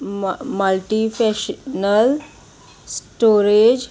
म मल्टीफेशनल स्टोरेज